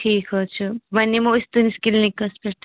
ٹھیٖک حظ چھُ وۄنۍ یمو أسۍ تُہنٛدِس کلنکَس پٮ۪ٹھ